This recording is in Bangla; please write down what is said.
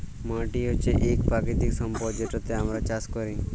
মাটি হছে ইক পাকিতিক সম্পদ যেটতে আমরা চাষ ক্যরি